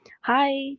hi